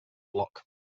bloc